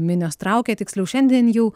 minios traukė tiksliau šiandien jau